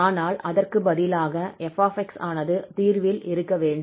ஆனால் அதற்கு பதிலாக 𝑓𝑥 ஆனது தீர்வில் இருக்க வேண்டும்